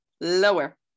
lower